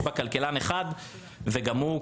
יש בה כלכלן אחד וגם הוא,